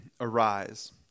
Arise